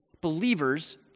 believers